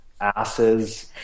asses